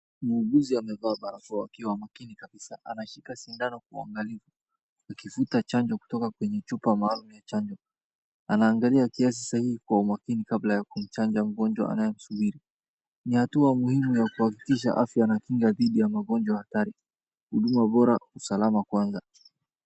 Muuguzi amevaa barakoa akiwa makini kabisa. Anashika sindano kwa uangalifu, akivuta chanjo kutoka kwenye chupa maalum ya chanjo. Anaangalia kiasi sahihi kwa umkini kabla ya kumchanja mgonjwa anaye msubiri. Ni hatua muhimu ya kuhakikisha afya na kinga dhidi ya magonjwa hatari, huduma bora na usalama kwanza.